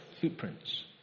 footprints